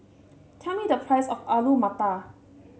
tell me the price of Alu Matar